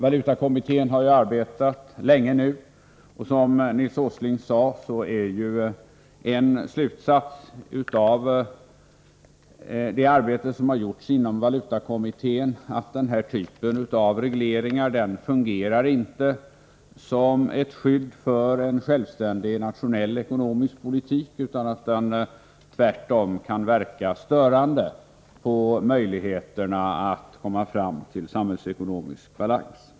Valutakommittén har ju arbetat länge nu. Som Nils Åsling sade, är en slutsats av det arbete som har gjorts inom valutakommittén att den här typen av regleringar inte fungerar som ett skydd för en självständig nationell ekonomisk politik utan tvärtom kan verka störande på möjligheterna att komma fram till samhällsekonomisk balans.